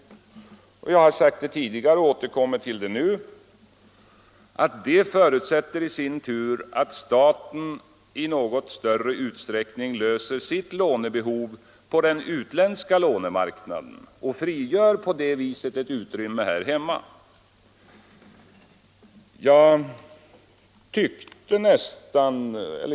Jag har tidigare sagt, och jag återkommer till det nu, att detta förutsätter i sin tur att staten i något större utsträckning löser sitt lånebehov på den utländska lånemarknaden och på det sättet frigör motsvarande utrymme här hemma.